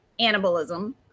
anabolism